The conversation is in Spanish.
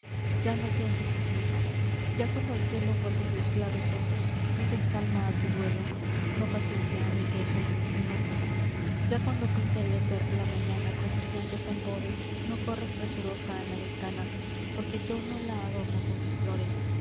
ya no piensas en mí ya cuando al cielo vuelves los claros ojos pides calma á tu duelo no paciencia á mi queja y mis enojos ya cuando pinta el éter la mañana con brillantes albores no corres presurosa á la ventana porque yo no la adorno con mis flores